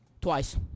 Twice